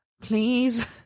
please